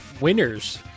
winners